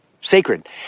sacred